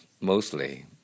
mostly